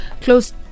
close